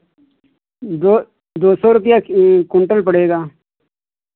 दो दो सौ रुपैया क्विंटल पड़ेगा